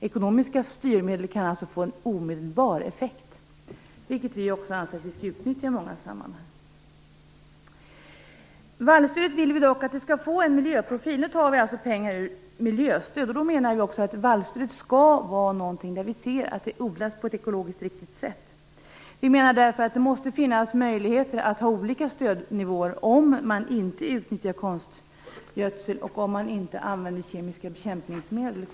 Ekonomiska styrmedel kan alltså få en omedelbar effekt, vilket vi anser att man också skall utnyttja i många sammanhang. Vi vill dock att vallstödet skall få en miljöprofil. Nu tar vi pengar från miljöstöd. Vi menar att man när det gäller vallstödet skall se till att det odlats på ett ekologiskt riktigt sätt. Vi menar därför att det måste finnas möjligheter att ha olika stödnivåer om man inte utnyttjar konstgödsel och inte använder kemiska bekämpningsmedel.